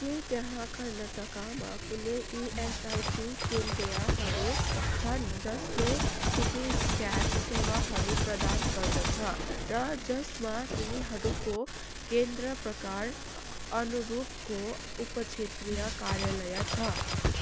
के त्यहाँ कर्नाटकमा कुनै इएसआइसी केन्द्रहरू छन् जसले सिटी स्क्यान सेवाहरू प्रदान गर्दछ र जसमा तिनीहरूको केन्द्र प्रकार अनुरूपको उपक्षेत्रीय कार्यालय छ